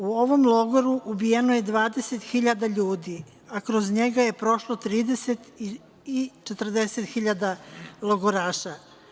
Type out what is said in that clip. U ovom logoru ubijeno je 20.000 ljudi, a kroz njega je prošlo 30.000/40.000 logoraša.